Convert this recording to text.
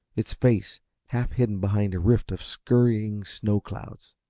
its face half hidden behind a rift of scurrying snow clouds.